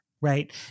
right